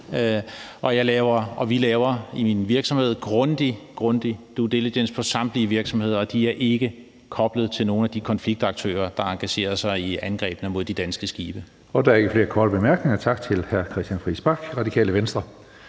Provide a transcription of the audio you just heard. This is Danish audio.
laver vi grundig, grundig due diligence på samtlige virksomheder, og de er ikke koblet til nogen af de konfliktaktører, der engagerer sig i angrebene mod de danske skibe. Kl. 20:01 Tredje næstformand (Karsten Hønge): Der er ikke flere korte bemærkninger. Tak til hr. Christian Friis Bach, Radikale Venstre.